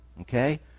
Okay